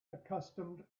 accustomed